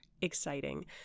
exciting